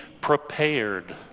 prepared